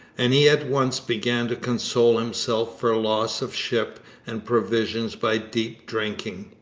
and he at once began to console himself for loss of ship and provisions by deep drinking.